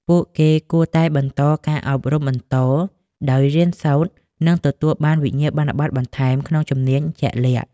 ពួកគេគួរតែបន្ត ការអប់រំបន្ត ដោយរៀនសូត្រ និងទទួលបានវិញ្ញាបនបត្របន្ថែមក្នុងជំនាញជាក់លាក់។